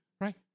right